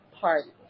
party